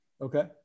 Okay